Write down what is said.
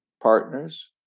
partners